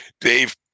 Dave